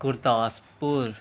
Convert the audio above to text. Gurdaspur